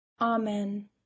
Amen